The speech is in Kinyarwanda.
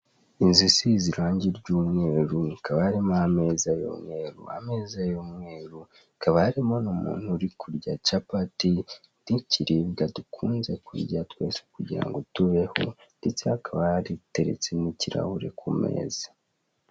Inzu isize irange ry'umweru hakaba harimo ameza y'umweru, ameza y'umweru hakaba harimo umuntu urukurya capati nk'ikiribwa dukunze kurya twese kugira ngo tubeho, ndetse hakaba hateretse ikirahure ku meza.